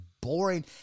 boring